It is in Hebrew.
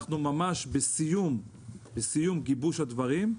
אנחנו ממש בסיום גיבוש הדברים,